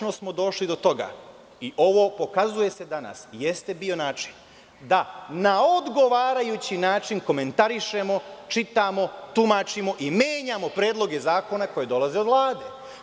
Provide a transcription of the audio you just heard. Konačno smo došli do toga i pokazuje se da ovo danas jeste bio način da na odgovarajući način komentarišemo, čitamo, tumačimo i menjamo predloge zakona koji dolaze od Vlade.